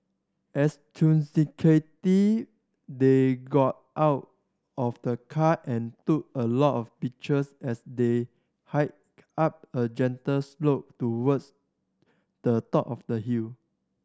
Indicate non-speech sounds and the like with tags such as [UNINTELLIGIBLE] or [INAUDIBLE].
[UNINTELLIGIBLE] they got out of the car and took a lot of pictures as they hiked up a gentle slope towards the top of the hill